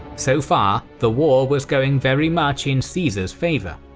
so far, the war was going very much in caesar's favour.